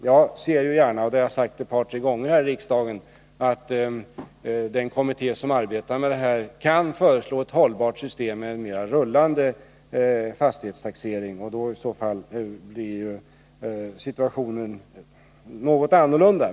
Jag ser gärna — och det har jag sagt ett par tre gånger här i riksdagen — att den kommitté som arbetar med den här frågan kan föreslå ett hållbart system med en rullande fastighetstaxering. I så fall blir situationen något annorlunda.